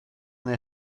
neu